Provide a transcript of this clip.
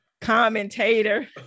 commentator